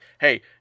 hey